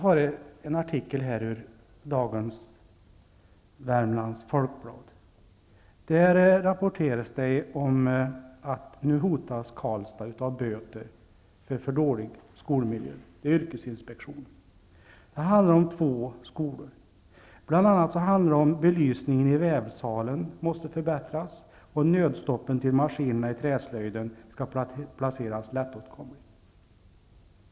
I en artikel i Karlstad hotas av böter från yrkesinspektionen för dålig skolmiljö. Det handlar om två skolor. Det gäller bl.a. att belysningen i vävsalen måste förbättras och nödstoppen till maskinerna i träslöjden placeras lättåtkomliga.